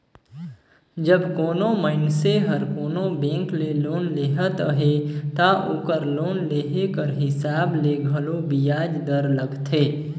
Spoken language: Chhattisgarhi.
जब कोनो मइनसे हर कोनो बेंक ले लोन लेहत अहे ता ओकर लोन लेहे कर हिसाब ले घलो बियाज दर लगथे